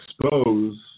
expose